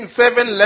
seven